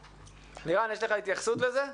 לירן, יש לך התייחסות לזה?